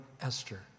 Esther